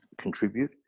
contribute